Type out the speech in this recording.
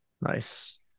nice